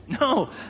No